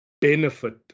benefit